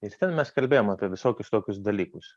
ir ten mes kalbėjom apie visokius tokius dalykus